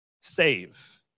Save